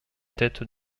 tête